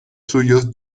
suyos